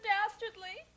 Dastardly